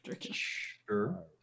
sure